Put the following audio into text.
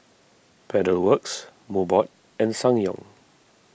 Pedal Works Mobot and Ssangyong